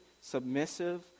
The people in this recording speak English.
submissive